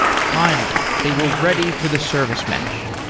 finally, they were ready for the service mesh.